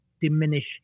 diminish